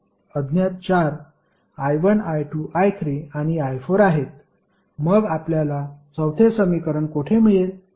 अज्ञात चार i1 i2 i3 आणि i4 आहेत मग आपल्याला चौथे समीकरण कोठे मिळेल